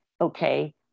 okay